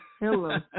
Hello